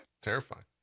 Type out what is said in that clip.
Terrifying